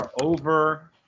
over